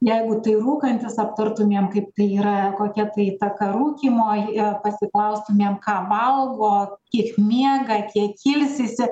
jeigu tai rūkantis aptartumėm kaip tai yra kokia tai įtaka rūkymo ir pasiklaustumėm ką valgo kiek miega kiek ilsisi